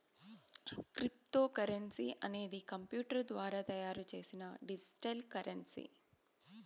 cryptocurrency అనేది computer ద్వారా తయారు చేసిన డిజిటల్ కరెన్సీ